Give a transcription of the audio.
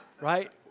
Right